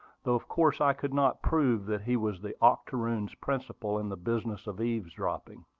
though of course i could not prove that he was the octoroon's principal in the business of eavesdropping.